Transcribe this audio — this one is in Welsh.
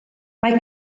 mae